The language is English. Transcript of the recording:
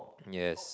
yes